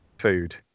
food